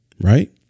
Right